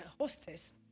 hostess